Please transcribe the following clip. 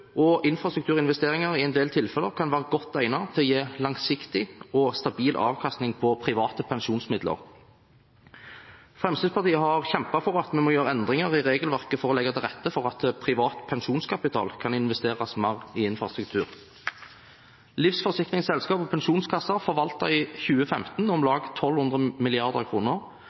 og infrastrukturinvesteringer kan i en del tilfeller være godt egnet til å gi langsiktig og stabil avkastning på private pensjonsmidler. Fremskrittspartiet har kjempet for at vi skal gjøre endringer i regelverket for å legge til rette for at privat pensjonskapital i større grad kan investeres i infrastruktur. Livsforsikringsselskaper og pensjonskasser forvaltet i 2015 om lag